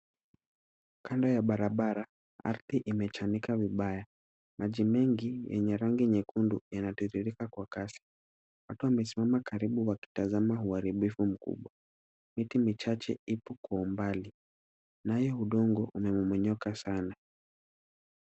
Kando ya barabara ardhi imechanika vibaya. Maji mengi yenye rangi nyekundu yanatiririka kwa kasi. Watu wamesimama karibu wakitazama uharibifu mkubwa. Miti michache ipo kwa umbali. Nayo udongo umemomonyoka sana.